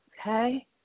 Okay